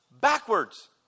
backwards